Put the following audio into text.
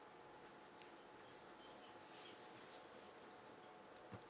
mm